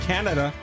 Canada